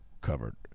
covered